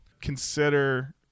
consider